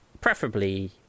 preferably